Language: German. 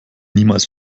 niemals